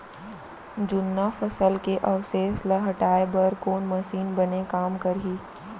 जुन्ना फसल के अवशेष ला हटाए बर कोन मशीन बने काम करही?